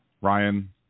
Ryan